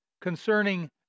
concerning